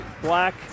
black